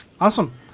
awesome